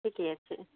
ठीके छै